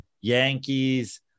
yankees